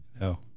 No